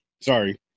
sorry